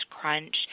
crunch